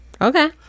Okay